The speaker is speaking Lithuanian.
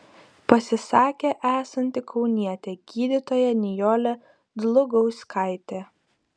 pasisakė esanti kaunietė gydytoja nijolė dlugauskaitė